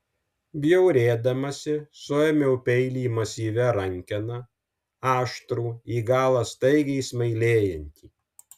bjaurėdamasi suėmiau peilį masyvia rankena aštrų į galą staigiai smailėjantį